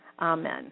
Amen